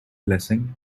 blessing